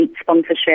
sponsorship